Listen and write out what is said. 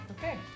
Okay